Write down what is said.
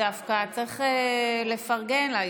דווקא צריך לפרגן לה.